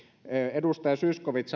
edustaja zyskowicz